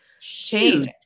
change